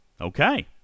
okay